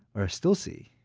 or still see,